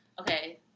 okay